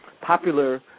popular